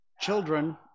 children